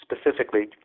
specifically